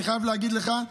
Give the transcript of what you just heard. אני חייב להגיד לך,